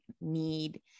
need